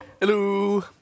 Hello